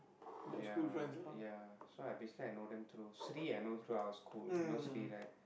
ya ya so I basically I know them through Sri I know through our school you know Sri right